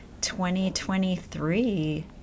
2023